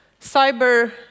cyber